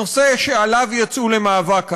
הנושא שעליו יצאו למאבק כאן.